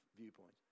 viewpoints